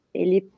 ele